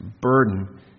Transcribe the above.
burden